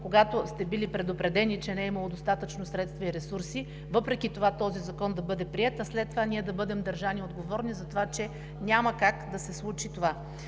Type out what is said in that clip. когато сте били предупредени, че не е имало достатъчно средства и ресурси, въпреки това да бъде приет, а след това ние да бъдем държани отговорни, че няма как да се случи това.